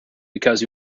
because